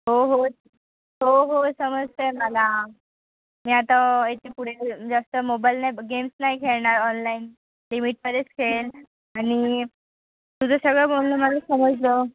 हो हो हो हो समजत आहे मला मी आता याच्या पुढे जास्त मोबाईल नाही गेम्स नाही खेळणार ऑनलाईन लिमिटमध्येच खेळेल आणि तुझं सगळं बोलणं मला समजलं